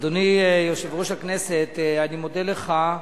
אדוני יושב-ראש הכנסת, אני מודה לך.